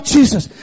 Jesus